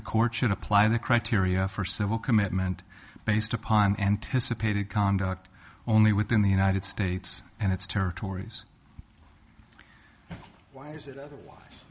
the court should apply the criteria for civil commitment based upon anticipated conduct only within the united states and its territories why is it otherwise